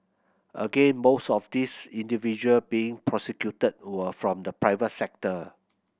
again most of these individual being prosecuted were from the private sector